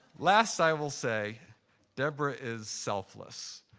last, i will say deborah is selfless.